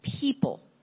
people